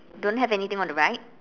don't have anything on the right